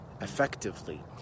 effectively